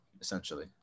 essentially